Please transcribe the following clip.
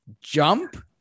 Jump